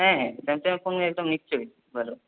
হ্যাঁ স্যামসংয়ের ফোন একদম নিশ্চয়ই ভালো